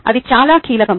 అది చాలా కీలకం